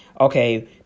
okay